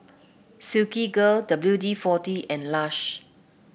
Silkygirl W D forty and Lush